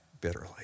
bitterly